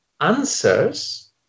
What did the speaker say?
answers